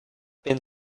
been